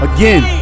Again